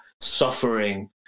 suffering